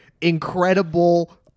incredible